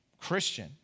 Christian